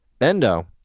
Bendo